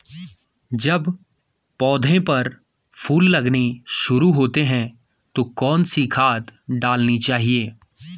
जब पौधें पर फूल लगने शुरू होते हैं तो कौन सी खाद डालनी चाहिए?